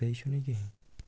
بیٚیہِ چھُ نہٕ کِہیٖنٛۍ